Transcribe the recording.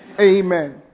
amen